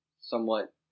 somewhat